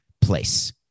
place